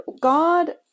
god